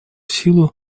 силу